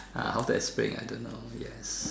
ah how to explain I don't know yes